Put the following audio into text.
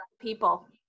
People